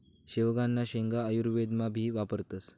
शेवगांना शेंगा आयुर्वेदमा भी वापरतस